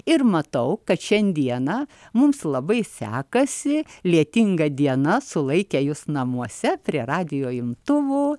ir matau kad šiandieną mums labai sekasi lietinga diena sulaikė jus namuose prie radijo imtuvo